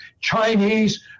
Chinese